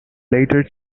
later